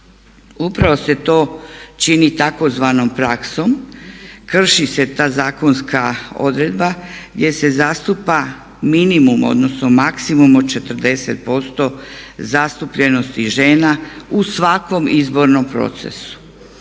Upravo se to čini tzv. praksom, krši se ta zakonska odredba gdje se zastupa minimum, odnosno maksimum od 40% zastupljenosti žena u svakom izbornom procesu.